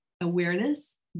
awareness